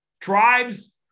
tribes